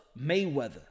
Mayweather